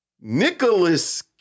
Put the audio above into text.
Nicholas